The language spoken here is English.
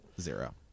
zero